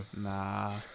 nah